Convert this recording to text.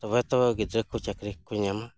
ᱛᱚᱵᱮ ᱛᱚ ᱜᱤᱫᱽᱨᱟᱹ ᱠᱚ ᱪᱟᱹᱠᱨᱤ ᱠᱚᱠᱚ ᱧᱟᱢᱟ